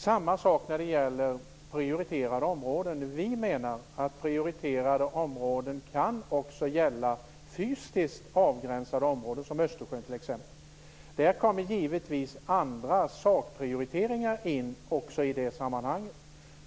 Samma sak gäller beträffande prioriterade områden. Vi menar att prioriterade områden också kan vara fysiskt avgränsade områden, som t.ex. Östersjön. Också andra sakprioriteringar kommer givetvis in i detta sammanhang.